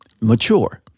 mature